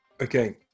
Okay